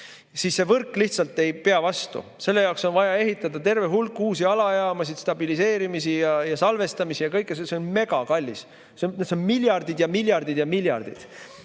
siis see võrk lihtsalt ei pea vastu. Selle jaoks on vaja ehitada terve hulk uusi alajaamasid, stabiliseerimisi ja salvestamisi ja kõike seda. See on megakallis. See on miljardid ja miljardid ja miljardid.